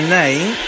name